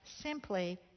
simply